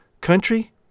country